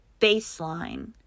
baseline